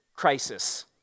crisis